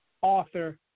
author